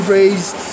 raised